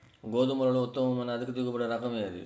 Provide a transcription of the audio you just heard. గోధుమలలో ఉత్తమమైన అధిక దిగుబడి రకం ఏది?